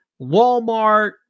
Walmart